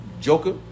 Joker